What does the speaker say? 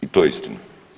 I to je istina.